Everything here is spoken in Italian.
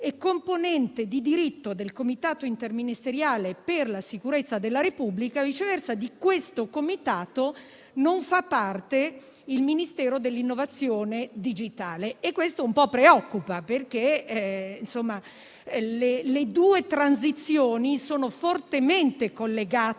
è componente di diritto del comitato interministeriale per la sicurezza della Repubblica; viceversa, di questo comitato non fa parte il Ministero per l'innovazione digitale. Questo un po' preoccupa, perché le due transizioni sono fortemente collegate